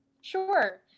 Sure